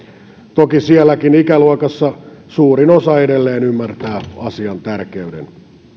toki siinäkin ikäluokassa suurin osa edelleen ymmärtää asian tärkeyden